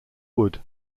wood